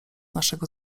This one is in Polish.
naszego